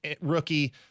rookie